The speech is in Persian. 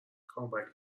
کامبک